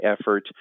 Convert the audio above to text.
effort